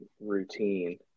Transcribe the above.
routine